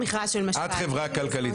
את חברה כלכלית.